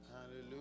Hallelujah